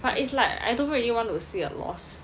but it's like I don't really want to see a loss